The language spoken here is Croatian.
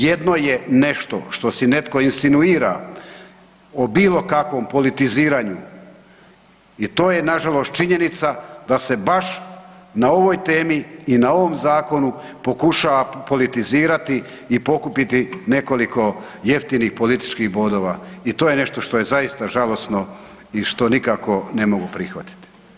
Jedno je nešto što si netko insinuira o bilo kakvom politiziranju i to je nažalost činjenica da se baš na ovoj temi i na ovom zakonu pokušava politizirati i pokupiti nekoliko jeftinih političkih bodova i to je nešto što je zaista žalosno i što nikako ne mogu prihvatiti.